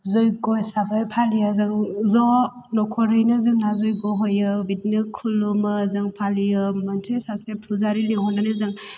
जग्य हिसाबै फालियो जों ज' न'खरैनो जोंहा जग्य होयो बिदिनो खुलुमो जों फालियो मोनसे सासे फुजारि लिंहरनानै जों